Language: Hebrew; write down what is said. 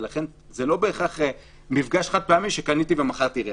זה לא בהכרח מפגש חד-פעמי כמו כשקניתי או מכרתי רכב.